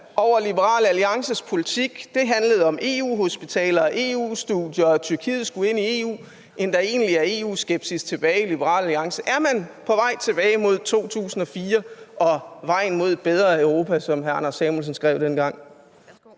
over Liberal Alliances politik, og det handlede om EU-hospitaler og EU-studier og om, at Tyrkiet skulle ind i EU, end der egentlig er EU-skepsis tilbage Liberal Alliance. Er man på vej tilbage mod 2004 og vejen mod et bedre Europa, som hr. Anders Samuelsen skrev dengang?